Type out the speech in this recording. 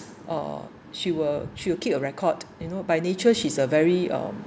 uh she will she will keep a record you know by nature she's a very uh